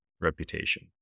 reputation